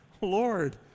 Lord